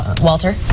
Walter